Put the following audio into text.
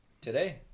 today